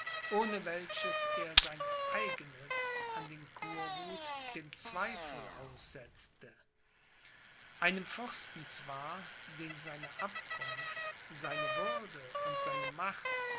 ohne welches er sein eigenes an den kurhut dem zweifel aussetzte einem fürsten zwar den seine abkunft seine würde und seine macht